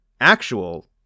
actual